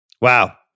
Wow